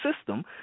system